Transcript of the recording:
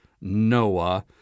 Noah